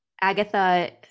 Agatha